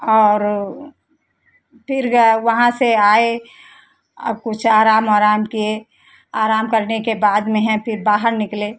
और फिर वहां से आए आपको चारा मोरान के आराम करने के बाद में है फिर बहार निकले